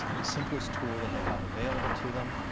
the simplest tool that they have available to them,